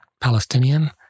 Palestinian